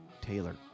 Taylor